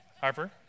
Harper